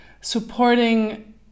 supporting